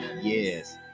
Yes